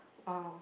!wow!